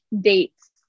dates